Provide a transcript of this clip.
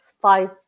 five